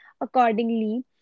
Accordingly